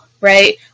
right